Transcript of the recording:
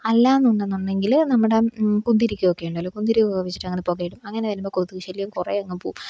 അല്ലാന്ന് ഉണ്ടെന്നുണ്ടെങ്കിൽ നമ്മുടെ കുന്തിരിക്കം ഒക്കെയുണ്ടല്ലോ കുന്തിരിക്കം ഒക്കെ വച്ചിട്ട് അങ്ങ് പുകയിടും അങ്ങനെ വരുമ്പോൾ കൊതുക് ശല്യം കുറെ അങ്ങ് പോകും